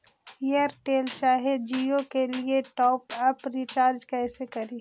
Airtel चाहे जियो के लिए टॉप अप रिचार्ज़ कैसे करी?